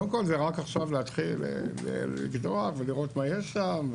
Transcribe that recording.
קודם כל זה רק עכשיו להתחיל לקדוח ולראות מה יש שם,